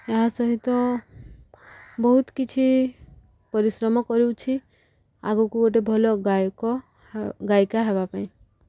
ଏହା ସହିତ ବହୁତ କିଛି ପରିଶ୍ରମ କରୁଛି ଆଗକୁ ଗୋଟେ ଭଲ ଗାୟିକା ହେବା ପାଇଁ